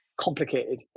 complicated